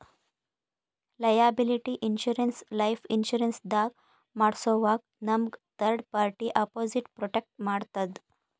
liability insurance life insurance ದಾಗ್ ಮಾಡ್ಸೋವಾಗ್ ನಮ್ಗ್ ಥರ್ಡ್ ಪಾರ್ಟಿ ಅಪೊಸಿಟ್ ಪ್ರೊಟೆಕ್ಟ್ ಮಾಡ್ತದ್